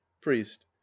priest